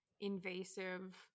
invasive